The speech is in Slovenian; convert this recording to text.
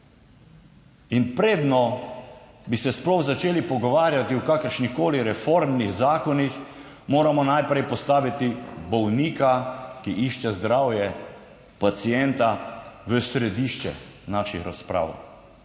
In preden bi se sploh začeli pogovarjati o kakršnihkoli reformnih zakonih, moramo najprej postaviti bolnika, ki išče zdravje, pacienta, v središče naših razprav,